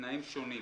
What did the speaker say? ובתנאים שונים.